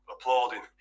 applauding